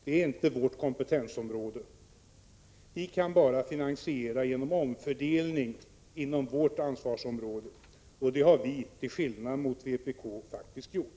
Det är inte vårt kompetensområde. Vi kan bara finansiera genom omfördelning inom vårt ansvarsområde, och det har vi till skillnad mot vpk faktiskt gjort.